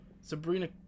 Sabrina